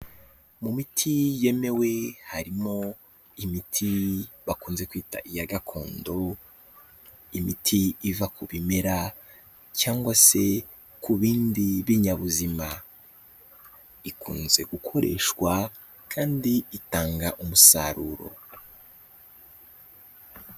Mu miti yemewe harimo imiti bakunze kwita iya gakondo, imiti iva ku bimera cyangwa se ku bindi binyabuzima. Ikunze gukoreshwa kandi itanga umusaruro.